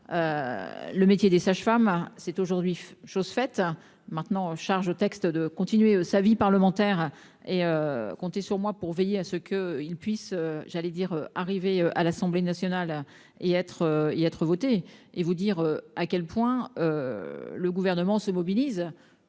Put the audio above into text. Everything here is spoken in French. le métier des sages-femmes, c'est aujourd'hui chose faite maintenant en charge au texte de continuer sa vie parlementaire et comptez sur moi pour veiller à ce que, ils puissent j'allais dire, arrivé à l'Assemblée nationale et être y être voté et vous dire à quel point le gouvernement se mobilise,